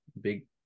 big